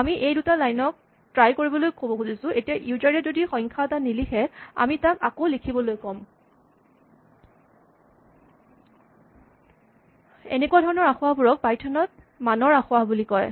আমি এই দুটা লাইন ক ট্ৰাই কৰিবলৈ ক'ব খুজিছোঁ এতিয়া ইউজাৰ এ যদি সংখ্যা এটা নিলিখে আমি তাক আকৌ লিখিবলৈ ক'ম এনেকুৱা ধৰণৰ আসোঁৱাহবোৰক পাইথন ত মানৰ আসোঁৱাহ বুলি কয়